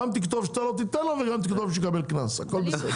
גם תכתוב שאתה לא תיתן לו וגם תכתוב שיקבל קנס הכל בסדר.